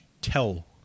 tell